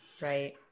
Right